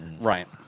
Right